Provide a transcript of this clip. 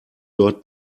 dort